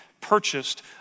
purchased